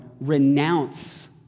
renounce